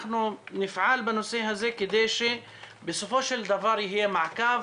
אנחנו נפעל בנושא הזה כדי שבסופו של דבר יהיה מעקב,